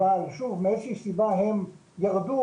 אבל שוב מאיזושהי סיבה הם ירדו,